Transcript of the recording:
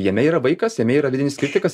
jame yra vaikas jame yra vidinis kritikas